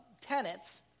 tenets